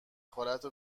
خالتو